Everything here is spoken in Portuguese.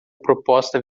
proposta